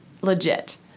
legit